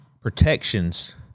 protections